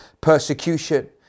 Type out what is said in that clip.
persecution